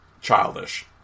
childish